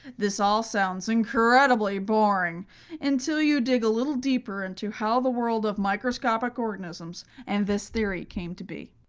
this all sounds incredibly boring until you dig a little deeper into how the world of microscopic organisms, and this theory came to be.